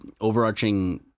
overarching